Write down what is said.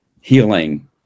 healing